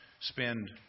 spend